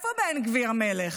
איפה בן גביר המלך?